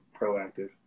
proactive